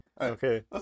okay